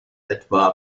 etwa